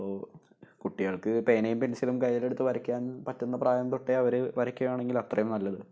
അപ്പോൾ കുട്ടികൾക്ക് പേനയും പെൻസിലും കൈയിലെടുത്ത് വരയ്ക്കാൻ പറ്റുന്ന പ്രായം തൊട്ടെ അവർ വരക്കുകയാണെങ്കിൽ അത്രയും നല്ലത്